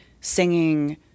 singing